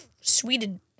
Sweden